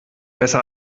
besser